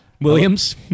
Williams